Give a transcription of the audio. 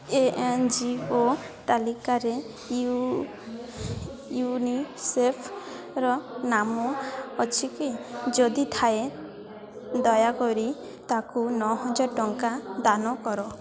N G O ତାଲିକାରେ U ୟୁନିସେଫ୍ର ନାମ ଅଛିକି ଯଦି ଥାଏ ଦୟାକରି ତାକୁ ନଅହଜାର ଟଙ୍କା ଦାନ କର